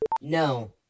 No